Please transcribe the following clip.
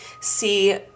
see